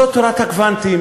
זאת תורת הקוונטים.